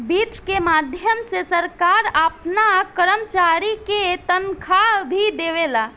वित्त के माध्यम से सरकार आपना कर्मचारी के तनखाह भी देवेला